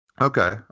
Okay